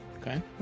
okay